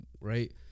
right